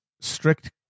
strict